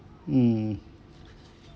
mm